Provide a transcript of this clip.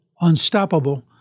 unstoppable